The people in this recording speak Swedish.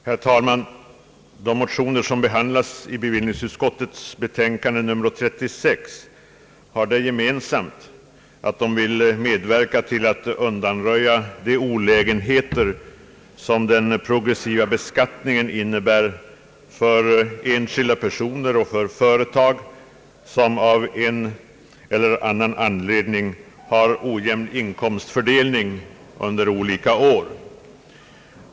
Herr talman! De motioner som behandlas i bevillningsutskottets betänkande nr 36 har det gemensamt ait motionärerna vill medverka till att undanröja de olägenheter som den progressiva beskattningen innebär för enskilda personer och för företag som av en eller annan anledning har ojämn inkomstfördelning under olika år.